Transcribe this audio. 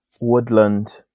woodland